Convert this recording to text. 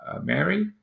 mary